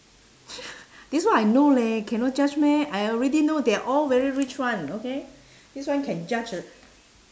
this one I know leh cannot judge meh I already know they are all very rich [one] okay this one can judge